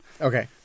Okay